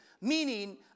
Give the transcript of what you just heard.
Meaning